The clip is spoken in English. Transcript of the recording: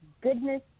goodness